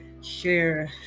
share